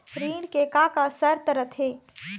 ऋण के का का शर्त रथे?